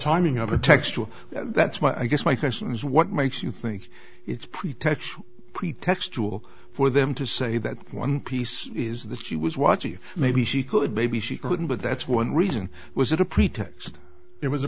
timing of a text that's why i guess my question is what makes you think it's pretext pretextual for them to say that one piece is that she was watching you maybe she could maybe she couldn't but that's one reason was it a pretext it was a